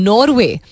Norway